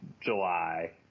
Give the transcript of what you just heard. July